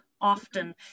often